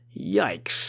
Yikes